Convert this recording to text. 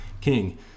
King